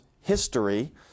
history